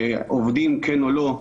עובדים כן או לא,